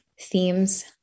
themes